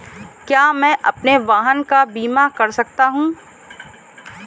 क्या मैं अपने वाहन का बीमा कर सकता हूँ?